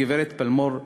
גברת פלמור,